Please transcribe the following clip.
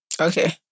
Okay